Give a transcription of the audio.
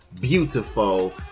beautiful